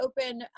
open